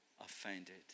offended